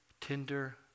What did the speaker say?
tender